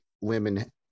women